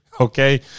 Okay